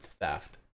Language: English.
theft